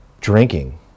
drinking